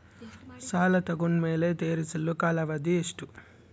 ಸಾಲ ತಗೊಂಡು ಮೇಲೆ ತೇರಿಸಲು ಕಾಲಾವಧಿ ಎಷ್ಟು?